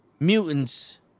mutants